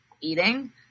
eating